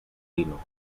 linux